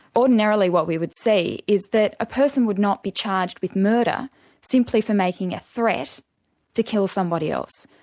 ordinarily what we would see is that a person would not be charged with murder simply for making a threat to kill somebody else.